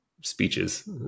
speeches